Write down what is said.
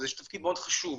זה תפקיד מאוד חשוב,